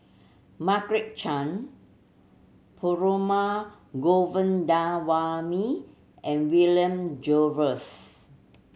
Margaret Chan Perumal Govindaswamy and William Jervois